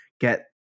get